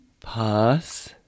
Pass